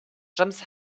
jumps